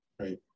Right